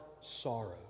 sorrow